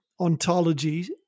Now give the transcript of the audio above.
ontologies